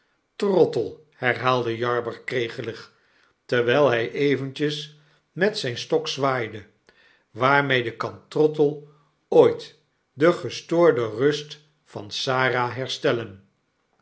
trottle herhaalde jarber kregelig terwyl hij eventjes met zyn stok zwaaide waarmede kan trottle ooit de gestoorde rust van sarah herstellen